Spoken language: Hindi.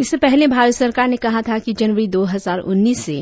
इससे पहले भारत सरकार ने कहा था कि जनवरी दो हजार उन्नीस से